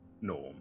Norm